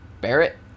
barrett